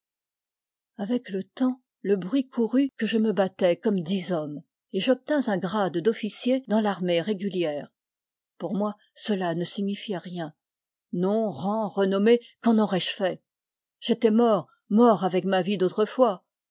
avec le temps le bruit courut que je me battais comme dix hommes et j'obtins un grade d'officier dans l'armée régulière pour moi cela ne signifiait rien nom rang renommée qu'en aurais-je fait j'étais mort mort avec ma vie d'autrefois